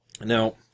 now